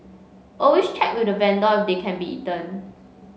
always check with the vendor if they can be eaten